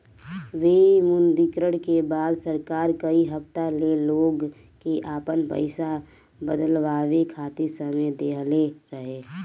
विमुद्रीकरण के बाद सरकार कई हफ्ता ले लोग के आपन पईसा बदलवावे खातिर समय देहले रहे